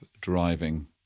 driving